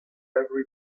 every